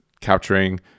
capturing